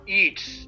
eats